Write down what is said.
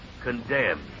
Condemned